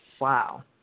Wow